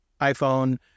iPhone